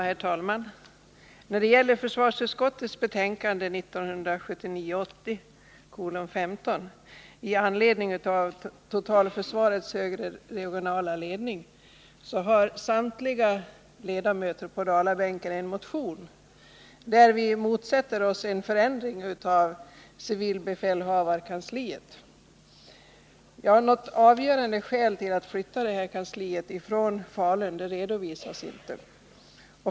Herr talman! I försvarsutskottets betänkande 1979/80:15 om totalförsvarets högre regionala ledning behandlas en motion väckt av samtliga ledamöter på Dalabänken. I denna motion motsätter vi oss en förändring av lokaliseringen av civilbefälhavarkansliet. Något avgörande skäl för att flytta detta kansli från Falun har inte redovisats.